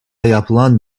yapılan